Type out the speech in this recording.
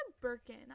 Birkin